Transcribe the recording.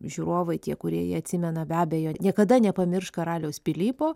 žiūrovai tie kurie jį atsimena be abejo niekada nepamirš karaliaus pilypo